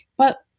but,